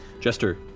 Jester